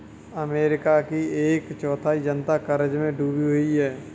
America की एक चौथाई जनता क़र्ज़ में डूबी हुई है